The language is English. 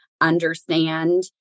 understand